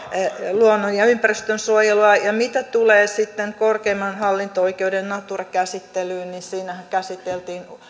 luonnon ja ympäristönsuojelua mitä tulee sitten korkeimman hallinto oikeuden natura käsittelyyn niin siinähän käsiteltiin